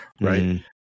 right